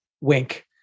Wink